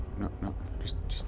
no, no, just,